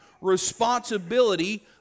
responsibility